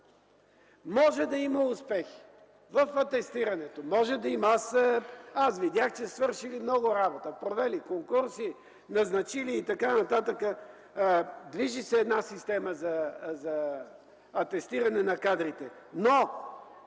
Може да има успехи в атестирането. Може да има. Аз видях, че са свършили много работа – провели са конкурси, назначили и така нататък. Движи се една система за атестиране на кадрите. Но